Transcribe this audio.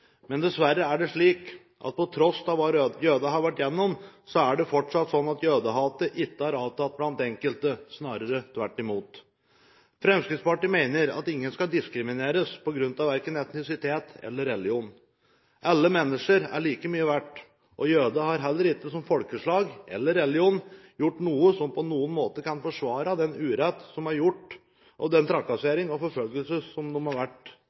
Men dessverre er det slik at på tross av alt det jødene har vært igjennom, er det fortsatt slik at jødehatet ikke har avtatt blant enkelte – snarere tvert imot. Fremskrittspartiet mener at ingen skal diskrimineres på grunn av verken etnisitet eller religion. Alle mennesker er like mye verdt, og jødene har heller ikke som folkeslag eller religion gjort noe som på noen måter kan forsvare den urett som er gjort, og den trakassering og forfølgelse som de har vært